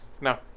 No